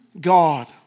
God